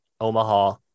Omaha